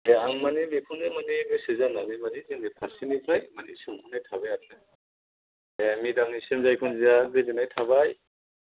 दे आं माने बेखौनो माने गोसो जानानै माने जोंनि फारसेनिफ्राय माने सोंहरनाय थाबाय आरो ना दे मेदामनिसिम जायखुनजाया गोजोननाय थाबाय